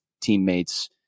teammates